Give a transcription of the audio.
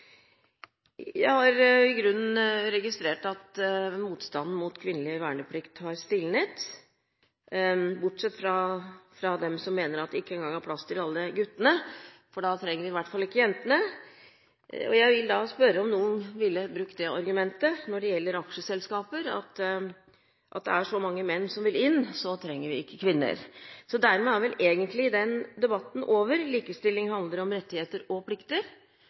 Jeg har i grunnen registrert at motstanden mot kvinnelig verneplikt har stilnet, bortsett fra hos dem som mener at det ikke engang er plass til alle guttene, for da trenger vi i hvert fall ikke jentene. Jeg vil da spørre om noen ville brukt det argumentet når det gjelder aksjeselskaper, at fordi det er så mange menn som vil inn, trenger vi ikke kvinner. Dermed er vel egentlig den debatten over. Likestilling handler om rettigheter og plikter,